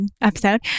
episode